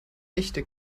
echte